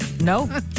No